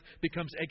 becomes